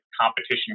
competition